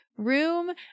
room